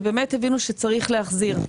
ובאמת הבינו שצריך להחזיר,